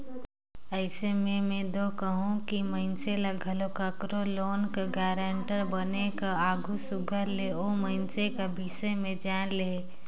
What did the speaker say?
अइसे में में दो कहूं कि मइनसे ल घलो काकरो लोन कर गारंटर बने कर आघु सुग्घर ले ओ मइनसे कर बिसे में जाएन लेहे